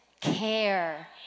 care